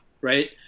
right